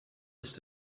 ist